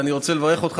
ואני רוצה לברך אותך,